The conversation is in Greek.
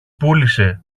πούλησε